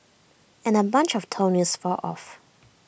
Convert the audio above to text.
and A bunch of toenails fall off